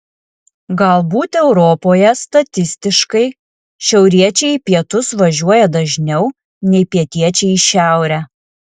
galbūt europoje statistiškai šiauriečiai į pietus važiuoja dažniau nei pietiečiai į šiaurę